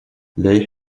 they